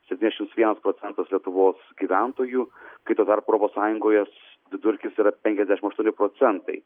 septyniasdešims vienas procentas lietuvos gyventojų kai tuo tarpu europos sąjungoje vidurkis yra penkiasdešimt aštuoni procentai